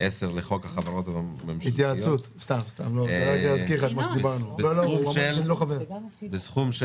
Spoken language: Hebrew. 10 לחוק החברות הממשלתיות, התשל"ה 1975 בסכום של